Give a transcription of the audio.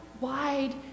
wide